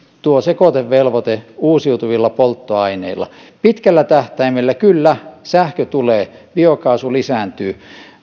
sekoitevelvoite uusiutuvilla polttoaineilla pitkällä tähtäimellä kyllä sähkö tulee biokaasu lisääntyy